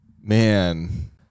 Man